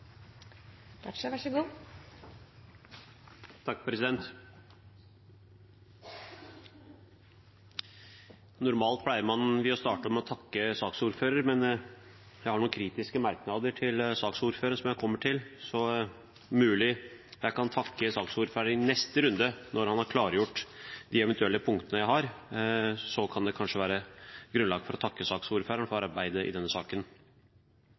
kommer til, så det er mulig jeg kan takke saksordføreren i neste runde, når han eventuelt har klargjort de punktene jeg har. Da kan det kanskje være grunnlag for å takke saksordføreren for arbeidet i denne